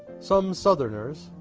some southerners,